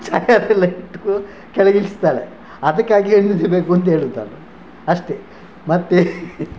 ಚಯರೆಲ್ಲ ಇಟ್ಟು ಕೆಳಗೆ ಇಳಿಸ್ತಾಳೆ ಅದಕ್ಕಾಗಿಯೇ ಹೆಂಡತಿ ಬೇಕು ಅಂತ ಹೇಳುವುದು ನಾನು ಅಷ್ಟೇ ಮತ್ತೆ